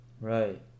Right